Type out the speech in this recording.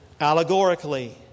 allegorically